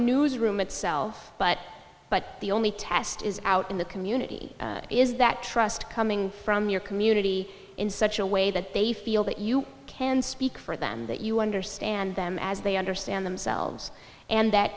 newsroom itself but but the only test is out in the community is that trust coming from your community in such a way that they feel that you can speak for them that you understand them as they understand themselves and that